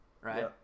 right